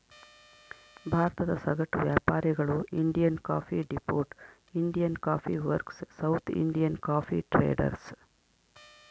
ಭಾರತದ ಸಗಟು ವ್ಯಾಪಾರಿಗಳು Indian coffee depot, Indian coffee works, south Indian coffee traders